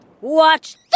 Watch